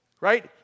right